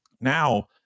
Now